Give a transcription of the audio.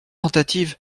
tentative